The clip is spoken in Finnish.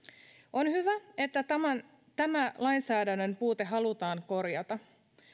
on hyvä että tämä lainsäädännön puute halutaan korjata